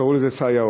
קראו לזה סייעות.